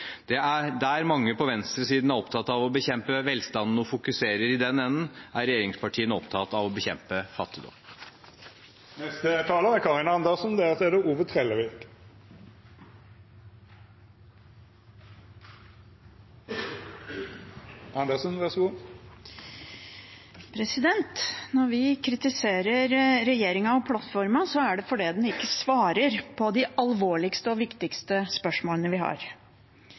i vente. Der mange på venstresiden er opptatt av å bekjempe velstand og fokuserer i den enden, er regjeringspartiene opptatt av å bekjempe fattigdom. Når vi kritiserer regjeringen og plattformen, er det fordi den ikke svarer på de alvorligste og viktigste spørsmålene vi har.